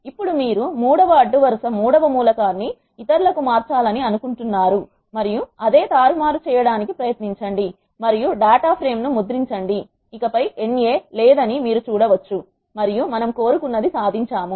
ఇప్పుడు మీరు మూడవ అడ్డు వరుస మూడవ మూలకాన్ని ఇతరులకు మార్చాలని అనుకుంటున్నారు మరియు అదే తారుమారు చేయడానికి ప్రయత్నించండి మరియు డేటా ఫ్రేమ్ ను ముద్రించండి ఇక పై NA లేదని మీరు చూడవచ్చు మరియు మనము కోరు కున్నది సాధించాము